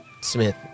Smith